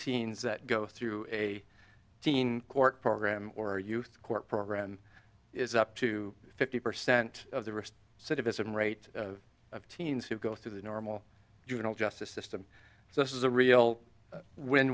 teens that go through a teen court program or youth court program is up to fifty percent of the wrist citizen rate of teens who go through the normal juvenile justice system so this is a real win